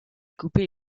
couper